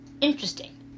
Interesting